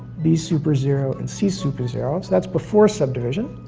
b super zero, and c super zero. so that's before subdivision.